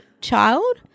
child